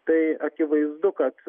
tai akivaizdu kad